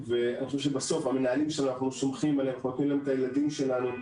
בסוף המנהלים שאנחנו סומכים עליהם ונותנים להם את הילדים שלנו,